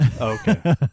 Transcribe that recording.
Okay